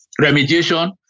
remediation